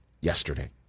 yesterday